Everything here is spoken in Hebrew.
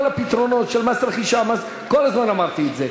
כל הפתרונות של מס רכישה, כל הזמן אמרתי את זה.